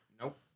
Nope